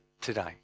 today